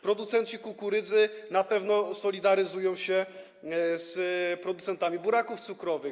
Producenci kukurydzy na pewno solidaryzują się z producentami buraków cukrowych.